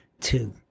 two